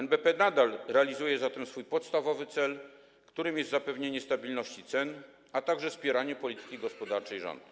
NBP nadal realizuje zatem swój podstawowy cel, którym jest zapewnienie stabilności cen, a także wspieranie polityki gospodarczej rządu.